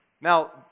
Now